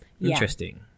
interesting